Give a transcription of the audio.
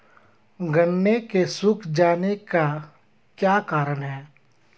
गन्ने के सूख जाने का क्या कारण है?